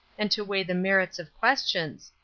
and to weigh the merits of questions,